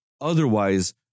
otherwise